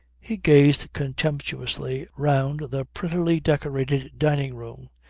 he gazed contemptuously round the prettily decorated dining-room.